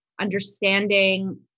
understanding